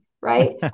Right